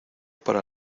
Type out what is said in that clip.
para